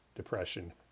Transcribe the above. depression